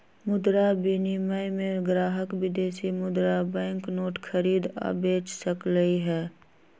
मुद्रा विनिमय में ग्राहक विदेशी मुद्रा बैंक नोट खरीद आ बेच सकलई ह